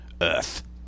earth